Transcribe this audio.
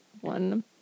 one